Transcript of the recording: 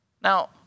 Now